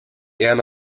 end